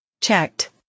checked